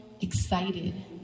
excited